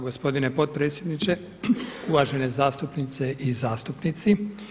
Gospodine potpredsjedniče, uvažene zastupnice i zastupnici!